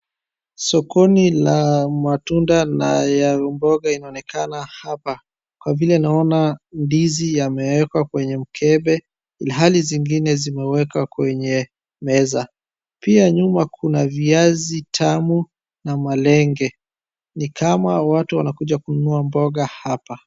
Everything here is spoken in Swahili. Sokoni la matunda na ya mboga inaonekana hapa kwa vile naona ndizi yamewekwa kwenye mkebe ilhali zingine zimewekwa kwenye meza pia nyuma kuna viazi tamu na malenge ni kama watu wanakuja kununua mboga hapa.